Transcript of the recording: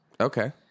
Okay